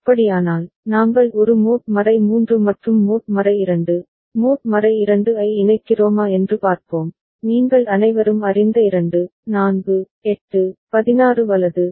அப்படியானால் நாங்கள் ஒரு மோட் 3 மற்றும் மோட் 2 மோட் 2 ஐ இணைக்கிறோமா என்று பார்ப்போம் நீங்கள் அனைவரும் அறிந்த 2 4 8 16 வலது